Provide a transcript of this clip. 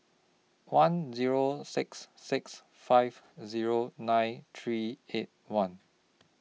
one Zero six six five Zero nine three eight one